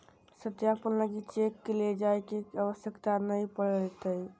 सत्यापन लगी चेक के ले जाय के आवश्यकता नय पड़तय